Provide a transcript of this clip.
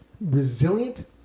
resilient